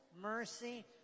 mercy